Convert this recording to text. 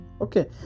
okay